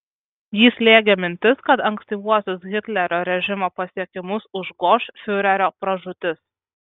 jį slėgė mintis kad ankstyvuosius hitlerio režimo pasiekimus užgoš fiurerio pražūtis